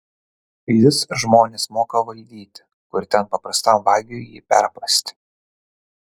jis žmones moka valdyti kur ten paprastam vagiui jį perprasti